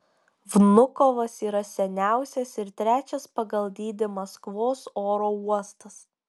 vnukovas yra seniausias ir trečias pagal dydį maskvos oro uostas